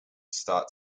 start